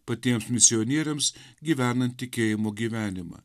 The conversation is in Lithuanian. patiems misionieriams gyvenant tikėjimo gyvenimą